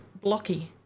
blocky